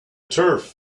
turf